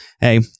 hey